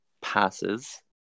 passes